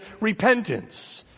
repentance